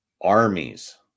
armies